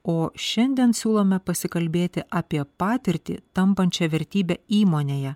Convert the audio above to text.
o šiandien siūlome pasikalbėti apie patirtį tampančią vertybe įmonėje